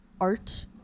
art